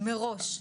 מראש,